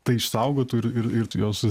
tai išsaugotų ir ir jos